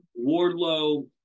Wardlow